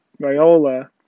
Viola